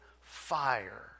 fire